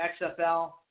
XFL